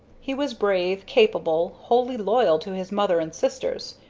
he was brave, capable, wholly loyal to his mother and sisters,